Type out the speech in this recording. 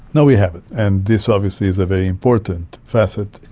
no, we haven't, and this obviously is a very important facet.